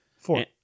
Four